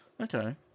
Okay